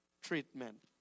treatment